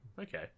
okay